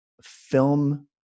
Film